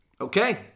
okay